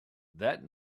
that